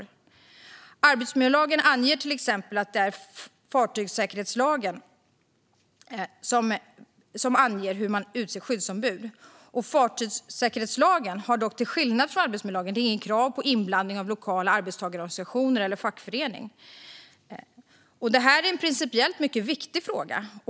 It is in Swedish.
I arbetsmiljölagen anges till exempel att det är i fartygssäkerhetslagen som det anges hur man utser skyddsombud. Fartygssäkerhetslagen har dock, till skillnad från arbetsmiljölagen, inget krav på inblandning av lokala arbetstagarorganisationer eller fackföreningar. Detta är en principiellt mycket viktig fråga.